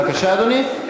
בבקשה, אדוני.